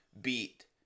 beat